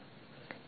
ধন্যবাদ